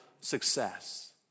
success